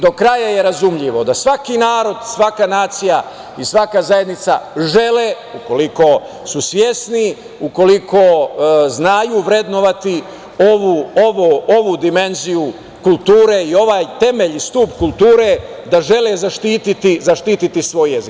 Do kraja je razumljivo da svaki narod, svaka nacija i svaka zajednica žele, ukoliko su svesni, ukoliko znaju vrednovati ovu dimenziju kulture i ovaj temelj i stub kulture, da žele zaštiti svoj jezik.